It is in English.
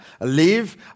live